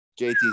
JT